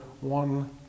one